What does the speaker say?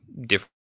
different